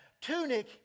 tunic